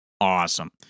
awesome